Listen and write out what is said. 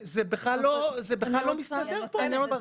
זה בכלל לא מסתדר כאן.